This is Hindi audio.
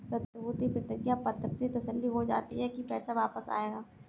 प्रतिभूति प्रतिज्ञा पत्र से तसल्ली हो जाती है की पैसा वापस आएगा